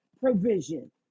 Provision